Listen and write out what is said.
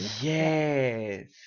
Yes